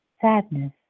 sadness